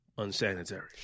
unsanitary